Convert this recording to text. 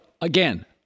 again